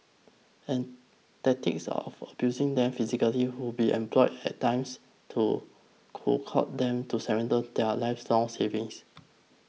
and tactics of abusing them physically would be employed at times to them to surrender their lifelong savings